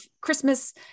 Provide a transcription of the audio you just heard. Christmas